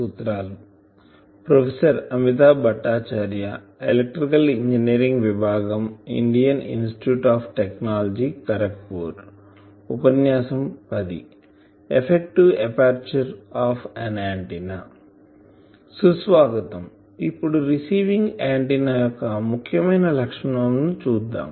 సుస్వాగతం ఇప్పుడు రిసీవింగ్ ఆంటిన్నాreceiving antenna యొక్క ముఖ్యమైన లక్షణం ని చూద్దాం